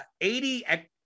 80